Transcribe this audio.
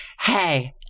hey